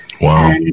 Wow